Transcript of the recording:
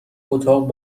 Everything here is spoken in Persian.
اتاق